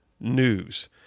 news